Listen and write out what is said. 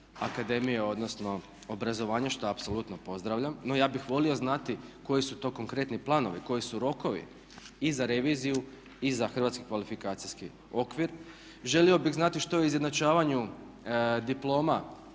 akademije, odnosno obrazovanja što apsolutno pozdravljam. No ja bih volio znati koji su to konkretni planovi, koji su rokovi i za reviziju i za hrvatski kvalifikacijski okvir. Želio bih znati što je u izjednačavanju diploma